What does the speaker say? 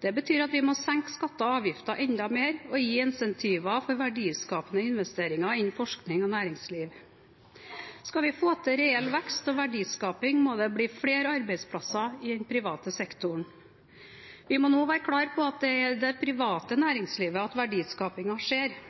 det betyr at vi må senke skatter og avgifter enda mer, og gi incentiver for verdiskapende investeringer innen forskning og næringsliv. Skal vi få til reell vekst og verdiskaping, må det bli flere arbeidsplasser i privat sektor. Vi må nå være klare på at det er i det private næringslivet at verdiskapingen skjer.